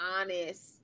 honest